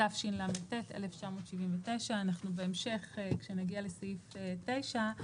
התשל"ט 1979‏;" בהמשך כשנגיע לסעיף 9,